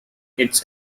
its